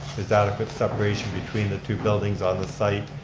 there's adequate separation between the two buildings on the site,